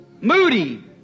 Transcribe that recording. Moody